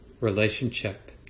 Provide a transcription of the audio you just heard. relationship